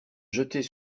jeter